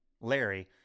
larry